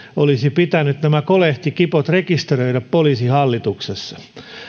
olisi pitänyt nämä kolehtikipot rekisteröidä poliisihallituksessa